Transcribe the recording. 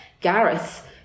Gareth